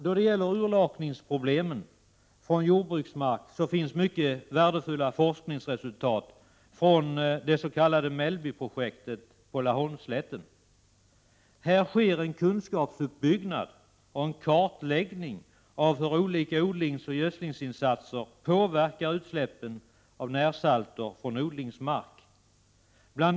Då det gäller problemen med urlakning från jordbruksmark finns mycket värdefulla forskningsresultat från det s.k. Mellbyprojektet på Laholmsslätten. Här sker en kunskapsuppbyggnad och kartläggning av hur olika odlingsoch gödslingsinsatser påverkar utsläppen av närsalter från odlingsmark. Bl.